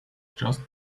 just